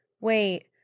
Wait